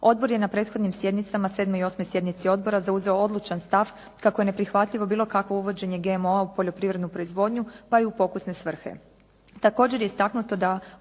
Odbor je na prethodnim sjednicama, 7. i 8. sjednici odbora zauzeo odlučan stav kako je neprihvatljivo bilo kako uvođenje GMO-a u poljoprivrednu proizvodnju, pa i pokusne svrhe.